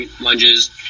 lunges